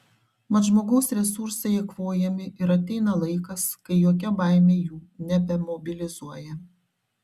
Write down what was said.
mat žmogaus resursai eikvojami ir ateina laikas kai jokia baimė jų nebemobilizuoja